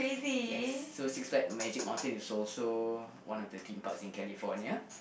yes so Six Flags Magic Mountain is also one of the theme parks in California